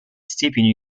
степень